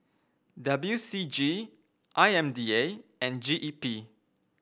W C G I M D A and G E P